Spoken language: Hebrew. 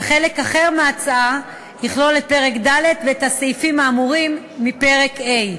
וחלק אחר מההצעה יכלול את פרק ד' ואת הסעיפים האמורים מפרק ה'.